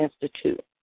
Institute